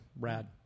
Rad